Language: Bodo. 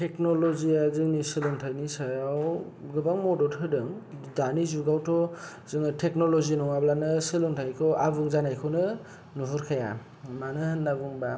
टेकनल'जिया जोंनि सोलोंथाइनि सायाव गोबां मदद होदों दानि जुगावथ' जोङो टेकनल'जि नङाब्लानो सोलोंथाइखौ आबुं जानायखौनो नुहुरखाया मानो होनना बुंब्ला